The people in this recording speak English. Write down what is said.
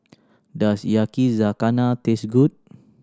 does Yakizakana taste good